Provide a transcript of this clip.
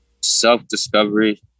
Self-discovery